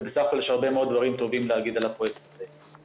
ובסך הכל יש הרבה מאוד דברים טובים להגיד על הפרויקט הזה.